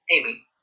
Amy